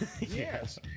Yes